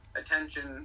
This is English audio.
attention